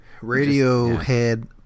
Radiohead